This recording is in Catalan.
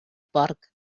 porc